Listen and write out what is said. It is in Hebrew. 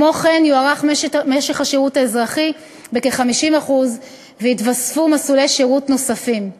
כמו כן יוארך משך השירות האזרחי בכ-50% ויתווספו מסלולי שירותי נוספים.